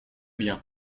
bien